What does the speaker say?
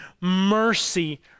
mercy